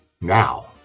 Now